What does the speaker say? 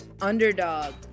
Underdog